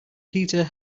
peter